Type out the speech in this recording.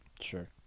Sure